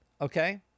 okay